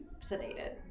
sedated